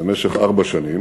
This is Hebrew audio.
במשך ארבע שנים,